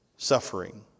Suffering